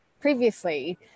previously